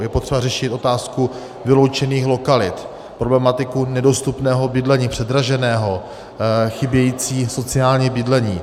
Je potřeba řešit otázku vyloučených lokalit, problematiku nedostupného bydlení, předraženého, chybějící sociální bydlení.